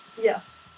Yes